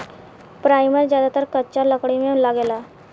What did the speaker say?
primer ज्यादातर कच्चा लकड़ी में लागेला